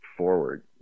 forward